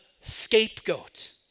scapegoat